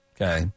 okay